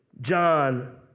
John